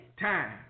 time